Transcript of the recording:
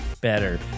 better